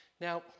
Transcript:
Now